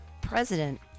president